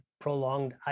prolonged